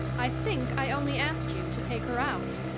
i think i only asked you to take her out.